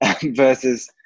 versus